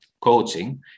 coaching